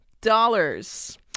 dollars